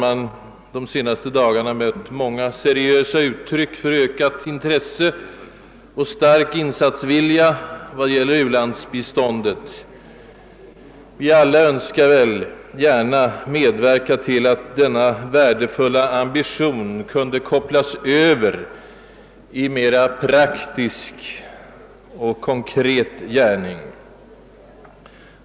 Under de senaste dagarna har vi mött många seriösa uttryck för ökat intresse och stark insatsvilja vad gäller ulandsbiståndet. Vi önskar väl också alla medverka till att denna värdefulla och utåt demonstrerade ambition kopplas över i praktisk och konkret gärning.